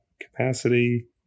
capacity